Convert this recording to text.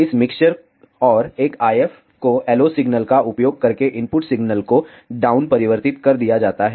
इस मिक्सर और एक IF को LO सिग्नल का उपयोग करके इनपुट सिग्नल को डाउन परिवर्तित कर दिया जाता है